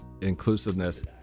inclusiveness